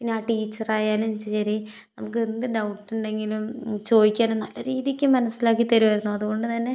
പിന്നെ ടീച്ചറായാലും ശരി നമുക്കെന്ത് ഡൗട്ട് ഉണ്ടെങ്കിലും ചോദിക്കാനും നല്ല രീതിക്ക് മനസ്സിലാക്കി തരുമായിരുന്നു അതുകൊണ്ട് തന്നെ